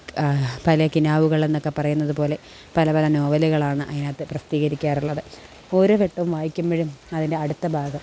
പല കിനാവുകൾ എന്നൊക്കെ പറയുന്നത് പോലെ പല പല നോവലുകളാണ് അതിനകത്ത് പ്രസിദ്ധീകരിക്കാറുള്ളത് ഓരോ വട്ടവും വായിക്കുമ്പഴും അതിൻ്റ അടുത്ത ഭാഗം